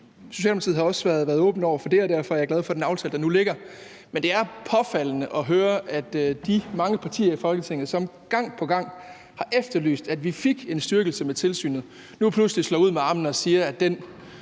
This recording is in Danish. Socialdemokratiet har også været åben over for det, og derfor er jeg glad for den aftale, der nu ligger. Men det er påfaldende at høre, at de mange partier i Folketinget, som gang på gang har efterlyst, at vi fik en styrkelse af tilsynet, nu pludselig slår ud med armene og siger, at den